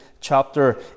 chapter